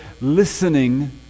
listening